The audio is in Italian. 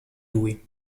lui